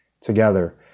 Together